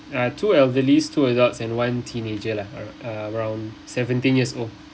uh two elderlies two adults and one teenager lah uh around seventeen years old